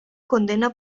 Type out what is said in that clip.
condena